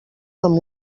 amb